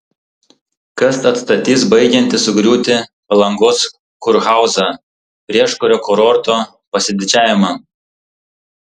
kas atstatys baigiantį sugriūti palangos kurhauzą prieškario kurorto pasididžiavimą